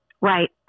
Right